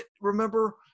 remember